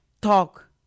talk